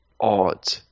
odd